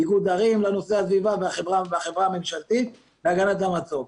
איגוד ערים לנושא הסביבה והחברה הממשלתית להגנת המצוק.